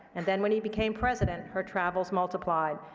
and then when he became president, her travels multiplied.